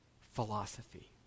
philosophy